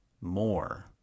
more